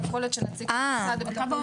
ויכול להיות שנציג שלהם נמצא פה.